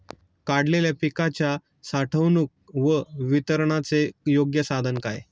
काढलेल्या पिकाच्या साठवणूक व वितरणाचे योग्य साधन काय?